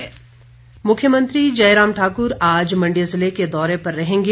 मुख्यमंत्री मुख्यमंत्री जयराम ठाक्र आज मंडी जिले के दौरे पर रहेंगे